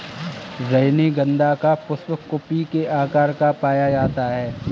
रजनीगंधा का पुष्प कुपी के आकार का पाया जाता है